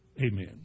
Amen